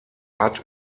hat